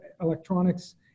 Electronics